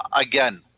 again